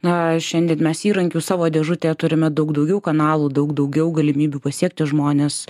na šiandien mes įrankių savo dėžutėje turime daug daugiau kanalų daug daugiau galimybių pasiekti žmones